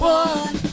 one